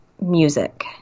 music